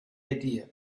idea